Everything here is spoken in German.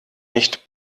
nicht